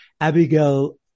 Abigail